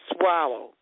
Swallow